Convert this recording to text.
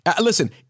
listen